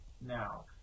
now